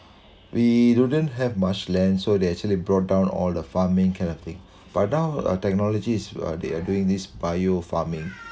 we didn't have much land so they actually brought down all the farming kind of thing but now uh technologies uh they are doing this bio-farming